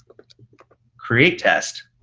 create test.